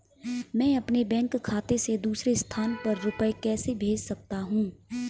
मैं अपने बैंक खाते से दूसरे स्थान पर रुपए कैसे भेज सकता हूँ?